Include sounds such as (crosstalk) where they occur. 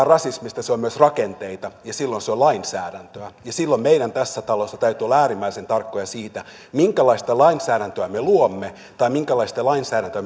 (unintelligible) rasismista se on myös rakenteita ja silloin se on lainsäädäntöä ja silloin meidän tässä talossa täytyy olla äärimmäisen tarkkoja siitä minkälaista lainsäädäntöä me luomme tai minkälaista lainsäädäntöä (unintelligible)